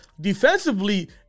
defensively